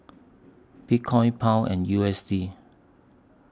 Bitcoin Pound and U S D